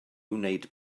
wneud